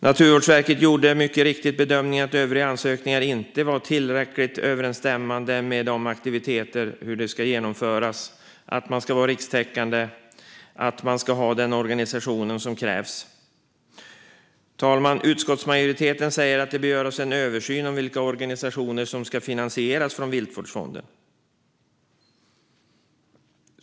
Naturvårdsverket gjorde mycket riktigt bedömningen att övriga ansökningar inte var tillräckligt överensstämmande med hur aktiviteter ska genomföras - att man ska vara rikstäckande och ha den organisation som krävs. Fru talman! Utskottsmajoriteten säger att det bör göras en översyn av vilka organisationer som ska finansieras av Viltvårdsfonden.